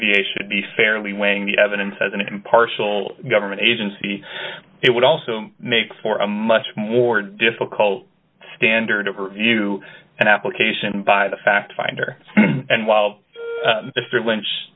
a should be fairly weighing the evidence as an impartial government agency it would also make for a much more difficult standard of review and application by the fact finder and while mr lynch